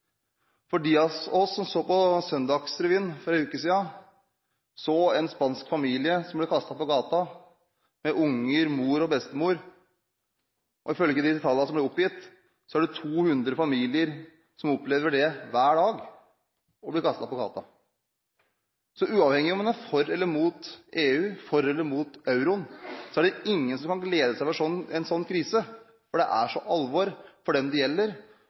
De av oss som så på Søndagsrevyen for en uke siden, så en spansk familie som ble kastet på gata, med unger, mor og bestemor. Ifølge de tallene som ble oppgitt, er det 200 familier som opplever det hver dag. Så uavhengig av om en er for eller imot EU, for eller imot euroen, er det ingen som kan glede seg over en slik krise, for det er så alvorlig for dem det gjelder, for den